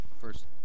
first